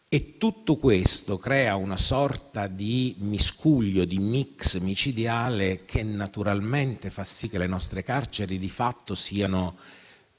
Tutto questo crea una sorta di miscuglio e di *mix* micidiale, che naturalmente fa sì che le nostre carceri di fatto siano